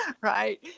right